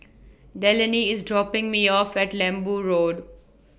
Delaney IS dropping Me off At Lembu Road